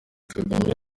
kagame